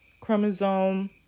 chromosome